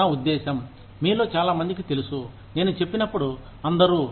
నా ఉద్దేశం మీలో చాలా మందికి తెలుసు నేను చెప్పినప్పుడు అందరూ